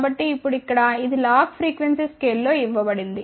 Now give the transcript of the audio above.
కాబట్టి ఇప్పుడు ఇక్కడ ఇది లాగ్ ఫ్రీక్వెన్సీ స్కేల్లో ఇవ్వబడింది